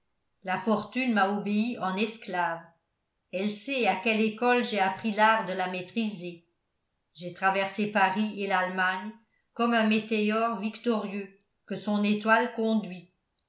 la fortune m'a obéi en esclave elle sait à quelle école j'ai appris l'art de la maîtriser j'ai traversé paris et l'allemagne comme un météore victorieux que son étoile conduit